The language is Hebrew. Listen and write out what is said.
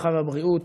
הרווחה והבריאות.